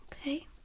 okay